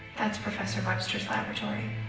that's professor webster's laboratory.